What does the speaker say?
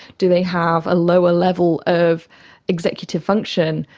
do they have a lower level of executive function?